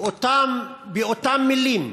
באותן מילים,